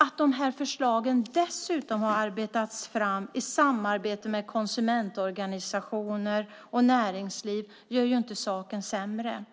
Att de här förslagen dessutom har arbetats fram i samarbete med konsumentorganisationer och näringsliv gör inte saken sämre.